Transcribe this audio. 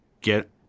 get